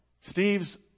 Steve's